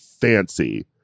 Fancy